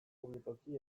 publikoki